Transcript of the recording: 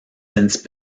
since